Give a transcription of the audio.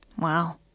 wow